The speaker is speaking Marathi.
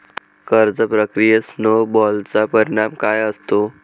कर्ज प्रक्रियेत स्नो बॉलचा परिणाम काय असतो?